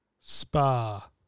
Spa